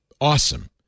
awesome